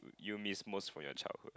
you miss most from your childhood